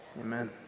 Amen